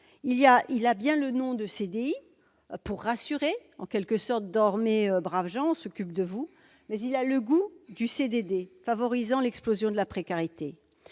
porte bien le nom de CDI pour rassurer- dormez, braves gens, on s'occupe de vous !-, mais il a le goût du CDD, favorisant l'explosion de la précarité.